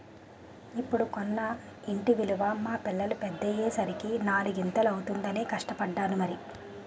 ఇప్పుడు కొన్న ఇంటి విలువ మా పిల్లలు పెద్దయ్యే సరికి నాలిగింతలు అవుతుందనే కష్టపడ్డాను మరి